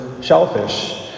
shellfish